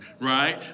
right